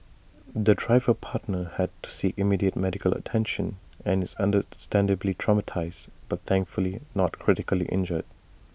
the driver partner had to seek immediate medical attention and is understandably traumatised but thankfully not critically injured